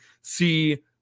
see –